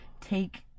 take